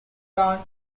turned